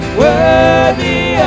worthy